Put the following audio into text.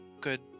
good